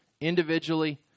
Individually